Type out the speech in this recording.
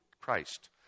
Christ